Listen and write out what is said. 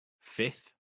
fifth